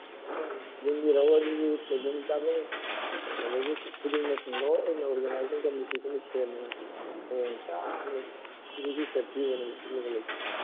ꯑꯦ ꯂꯦꯡꯕꯤꯔꯛꯎ ꯑꯗꯨꯒꯤ ꯂꯩꯐꯝ ꯆꯥꯐꯝ ꯑꯗꯒꯤ ꯈꯨꯗꯤꯡꯃꯛꯁꯦ ꯂꯣꯏꯅ ꯑꯣꯔꯒꯅꯥꯏꯖꯤꯡ ꯀꯃꯤꯇꯤꯗꯨꯅ ꯁꯦꯝꯗꯅ ꯃꯑꯣꯡ ꯇꯥꯅ